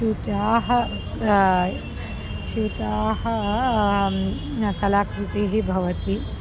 स्यूताः स्यूताः कलाकृतिः भवति